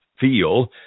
feel